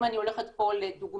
אם אני הולכת לדוגמה,